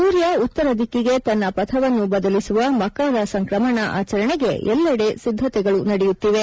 ಸೂರ್ಯ ಉತ್ತರ ದಿಕ್ಕಿಗೆ ತನ್ನ ಪಥವನ್ನು ಬದಲಿಸುವ ಮಕರ ಸಂಕ್ರಮಣ ಆಚರಣೆಗೆ ಎಲ್ಲೆದೆ ಸಿದ್ದತೆಗಳು ನಡೆಯುತ್ತಿವೆ